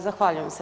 Zahvaljujem se.